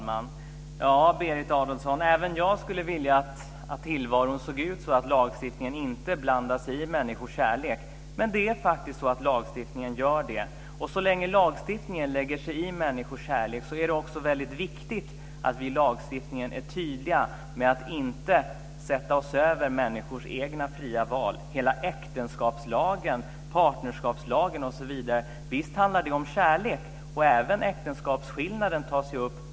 Fru talman! Även jag skulle vilja att tillvaron såg ut så, att lagstiftningen inte blandade sig i människors kärlek. Men lagstiftningen gör faktiskt det. Så länge lagstiftningen lägger sig i människors kärlek är det också mycket viktigt att vi i lagstiftningen är tydliga och inte sätter oss över människors fria val. Visst handlar hela äktenskapslagen och partnerskapslagen om kärlek. Även äktenskapsskillnad tas upp.